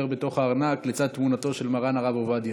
בתוך הארנק לצד תמונתו של מרן הרב עובדיה.